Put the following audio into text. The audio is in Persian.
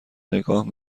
نگاه